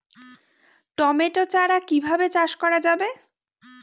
Tomato চারা কিভাবে চাষ করা যাবে?